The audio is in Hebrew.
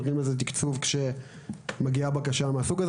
ניתן להתקין מתקני כוח מוצלים בבתי הספר,